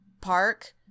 park